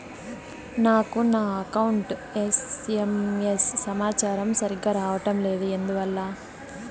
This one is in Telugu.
నాకు నా అకౌంట్ ఎస్.ఎం.ఎస్ సమాచారము సరిగ్గా రావడం లేదు ఎందువల్ల?